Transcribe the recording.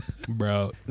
Bro